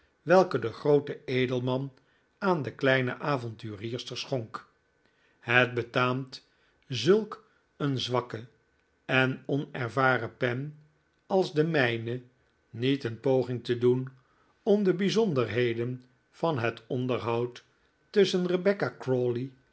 welke de groote edelman aan de kleine avonturierster schonk het betaamt zulk een zwakke en onervaren pen als de mijne niet een poging te doen om de bijzonderheden van het onderhoud tusschen rebecca